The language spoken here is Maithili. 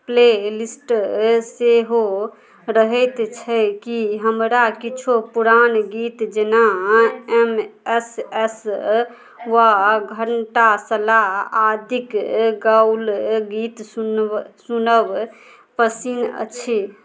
प्लेलिस्ट सेहो रहैत छै कि हमरा किछु पुरान गीत जेना एम एस एस वा घण्टा सलाह आदिके गाओल गीत सुनबऽ सुनब पसिन्न अछि